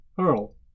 Earl